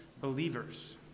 believers